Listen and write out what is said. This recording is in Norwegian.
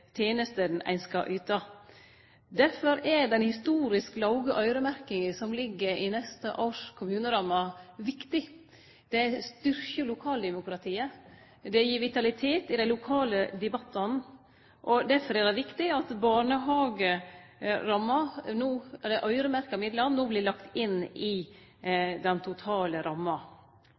ein skal yte. Derfor er den historisk låge øyremerkinga som ligg i kommuneramma for neste år, viktig. Det styrkjer lokaldemokratiet, gir vitalitet i dei lokale debattane, og derfor er det viktig at øyremerkte midlar no blir lagde inn i den totale ramma.